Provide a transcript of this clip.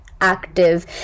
active